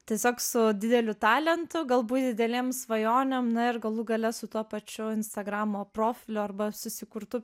tiesiog su dideliu talentu galbūt didelėm svajonėm na ir galų gale su tuo pačiu instagramo profilio arba susikurtu